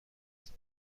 است